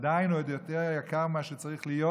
עדיין הוא יותר יקר ממה שצריך להיות,